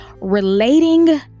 Relating